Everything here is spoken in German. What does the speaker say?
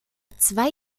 zwei